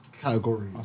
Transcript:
category